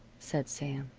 said sam.